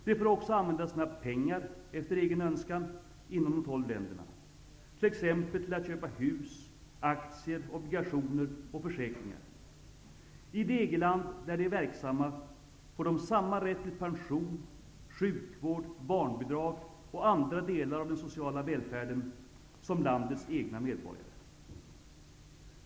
De får också använda sina pengar efter egen önskan inom de tolv länderna -- t.ex. till att köpa hus, aktier, obligationer och försäkringar. I det EG-land där de är verksamma får de samma rätt till pension, sjukvård, barnbidrag och andra delar av den sociala välfärden som landets egna medborgare.